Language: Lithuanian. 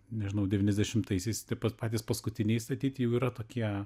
nežinau devyniasdešimtaisias tai patys paskutiniai statyti jau yra tokie